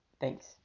Thanks